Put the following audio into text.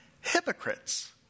hypocrites